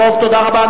תודה רבה.